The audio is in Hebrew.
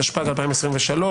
התשפ"ג-2023,